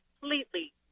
completely